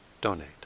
donate